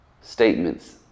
statements